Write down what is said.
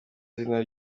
zina